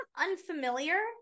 unfamiliar